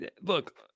Look